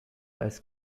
als